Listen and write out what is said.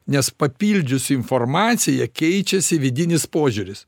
nes papildžius informaciją keičiasi vidinis požiūris